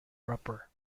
proper